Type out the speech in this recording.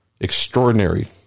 extraordinary